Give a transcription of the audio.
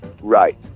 Right